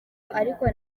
ariko